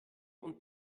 und